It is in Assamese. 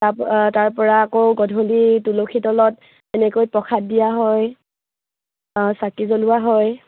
তাৰপ তাৰপৰা আকৌ গধূলি তুলসী তলত তেনেকৈ প্ৰসাদ দিয়া হয় চাকি জ্বলোৱা হয়